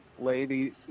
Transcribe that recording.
lady